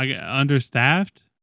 understaffed